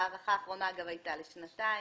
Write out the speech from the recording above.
ההארכה האחרונה גם היתה לשנתיים.